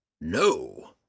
No